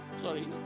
Sorry